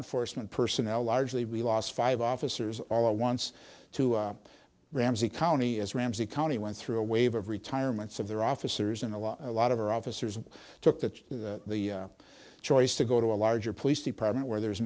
enforcement personnel largely we lost five officers all at once to ramsey county as ramsey county went through a wave of retirements of their officers and a lot a lot of our officers took that the choice to go to a larger police department where there's